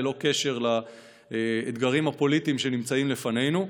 ללא קשר לאתגרים הפוליטיים שנמצאים לפנינו.